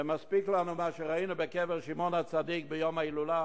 ומספיק לנו מה שראינו בקבר שמעון הצדיק ביום ההילולה